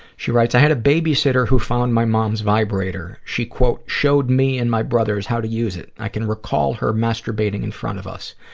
she writes, i had a babysitter who found my mom's vibrator. she, quote, showed me and my brothers how to use it. i can recall her masturbating in front of us.